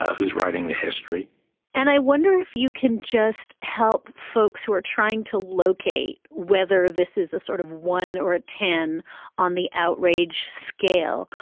who's writing the history and i wonder if you can just help folks who are trying to locate whether this is a sort of one or a ten on the outrage scale,